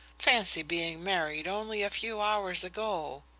fancy being married only a few hours ago!